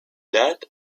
death